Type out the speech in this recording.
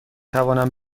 توانم